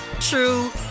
true